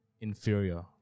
inferior